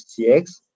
CX